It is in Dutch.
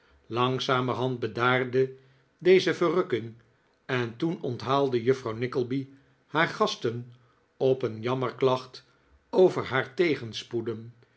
langzamerhand bedaarde deze verrukking en toen onthaalde juffrouw nickleby haar gasten op een jammerklacht over haar tegenspoeden